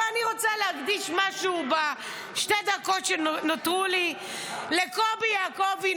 אבל אני רוצה להקדיש משהו בשתי הדקות שנותרו לי לקובי יעקובי,